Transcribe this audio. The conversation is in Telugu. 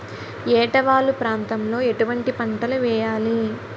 ఏటా వాలు ప్రాంతం లో ఎటువంటి పంటలు వేయాలి?